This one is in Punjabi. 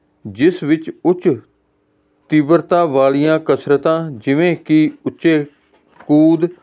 ਜਿਸ ਵਿੱਚ ਉੱਚ ਤੀਵਰਤਾ ਵਾਲੀਆਂ ਕਸਰਤਾਂ ਜਿਵੇਂ ਕਿ ਉੱਚੇ ਕੂਦ